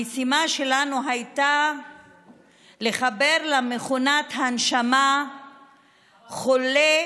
המשימה שלנו הייתה לחבר למכונת הנשמה חולה,